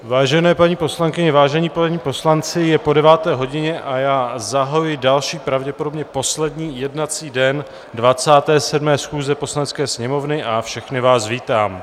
Vážené paní poslankyně, vážení páni poslanci, je po deváté hodině a já zahajuji další, pravděpodobně poslední jednací den 27. schůze Poslanecké sněmovny a všechny vás vítám.